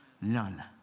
None